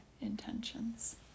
intentions